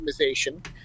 optimization